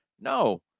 No